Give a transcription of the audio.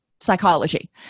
psychology